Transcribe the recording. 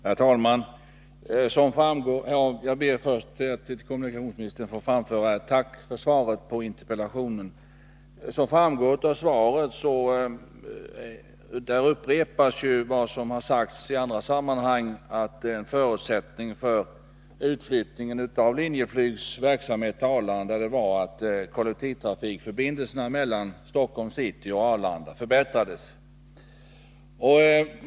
Herr talman! Jag ber först att till kommunikationsministern få framföra ett tack för svaret på interpellationen. I kommunikationsministerns svar upprepas vad som har sagts i andra sammanhang, att en förutsättning för utflyttningen av Linjeflygs verksamhet till Arlanda var att kollektivtrafikförbindelserna mellan Stockholms city och Arlanda förbättrades.